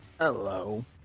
Hello